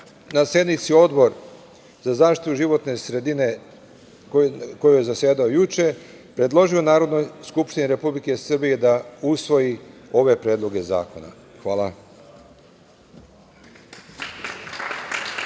na sednici Odbora za zaštitu životne sredine koji je zasedao juče, predložio Narodnoj skupštini Republike Srbije da usvoji ove predloge zakona. Hvala.